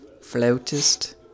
flautist